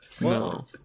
No